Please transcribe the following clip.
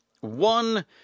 one